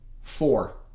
four